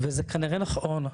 וזה כנראה נכון,